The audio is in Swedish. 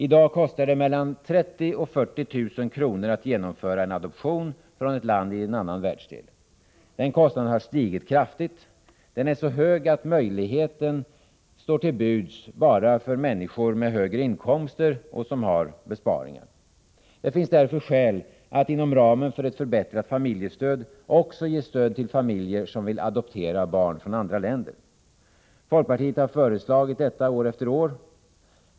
I dag kostar det mellan 30 000 och 40 000 kr. att genomföra en adoption från ett land i en annan världsdel. Den kostnaden har stigit kraftigt. Den är så hög att möjligheten till internationell adoption står till buds bara för människor med högre inkomster och besparingar. Det finns därför skäl att inom ramen för ett förbättrat familjestöd också ge ett stöd till familjer som vill adoptera barn från andra länder. Folkpartiet har föreslagit detta år efter år.